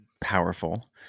powerful